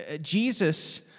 Jesus